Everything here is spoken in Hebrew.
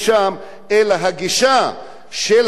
אלא הגישה של הממשלה,